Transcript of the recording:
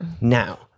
now